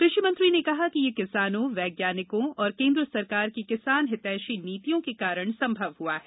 कृषि मंत्री ने कहा कि यह किसानों वैज्ञानिकों और केंद्र सरकार की किसान हितैषी नीतियों के कारण संभव हुआ है